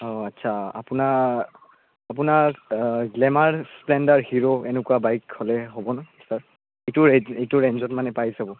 অঁ আচ্ছা আপোনাৰ আপোনাৰ গ্লেমাৰ স্প্লেণ্ডাৰ হিৰ' এনেকুৱা বাইক হ'লে হ'ব ন ছাৰ এইটো এই এইটো ৰেঞ্জত মানে পাই যাব